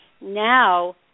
Now